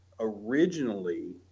Originally